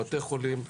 בתי חולים,